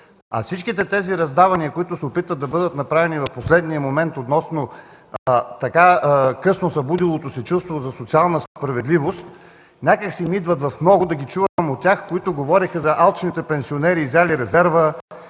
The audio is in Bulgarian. а всичките тези раздавания, които се опитват да бъдат направени в последния момент, относно късно събудилото се чувство за социална справедливост, някак си ми идват много – да ги чувам от тях, които говореха за алчните пенсионери, изяли резерва,